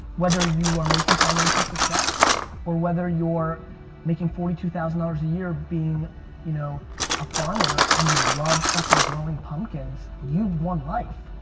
whether you are making financial success or whether you're making forty two thousand dollars a year being you know a farmer and you love growing pumpkins, you've won life.